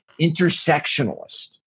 intersectionalist